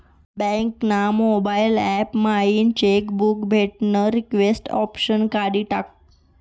bank ना mobile app मयीन cheque book भेटानं रिक्वेस्ट ऑप्शन काढी टाकं